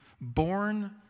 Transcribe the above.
born